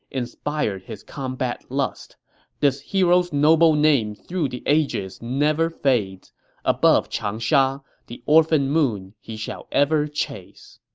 inspired his combat-lust this hero's noble name through the ages never fades above changsha, the orphan moon he shall ever chase